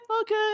okay